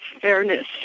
fairness